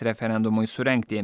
referendumui surengti